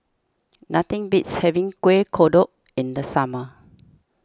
nothing beats having Kueh Kodok in the summer